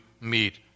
meet